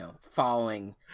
following